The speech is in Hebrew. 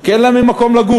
כי אין לנו מקום לגור.